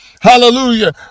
Hallelujah